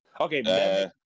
Okay